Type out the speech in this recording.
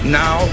now